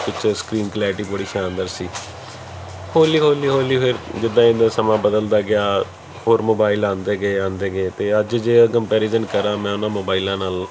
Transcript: feature screen clarity ਬੜੀ ਸ਼ਾਨਦਾਰ ਸੀ ਹੌਲੀ ਹੌਲੀ ਹੌਲੀ ਫਿਰ ਜਿੱਦਾਂ ਜਿੱਦਾਂ ਸਮਾਂ ਬਦਲਦਾ ਗਿਆ ਹੋਰ ਮੋਬਾਈਲ ਆਉਂਦੇ ਗਏ ਆਉਂਦੇ ਗਏ ਅਤੇ ਅੱਜ ਜੇ ਕੰਪੈਰੀਜਨ ਕਰਾਂ ਮੈਂ ਉਹਨਾਂ ਮੋਬਾਈਲਾਂ ਨਾਲ